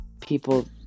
people